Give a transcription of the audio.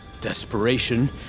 desperation